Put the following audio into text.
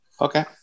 Okay